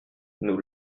nous